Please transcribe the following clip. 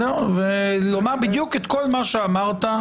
ולומר בדיוק את כל מה שאמרת.